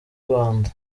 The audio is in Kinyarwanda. rwanda